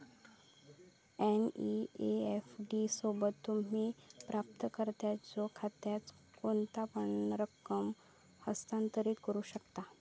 NEFT सोबत, तुम्ही प्राप्तकर्त्याच्यो खात्यात कोणतापण रक्कम हस्तांतरित करू शकता